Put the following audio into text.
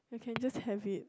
you can just have it